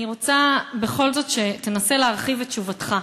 אני רוצה בכל זאת שתנסה להרחיב את תשובתך.